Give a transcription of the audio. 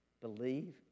Believe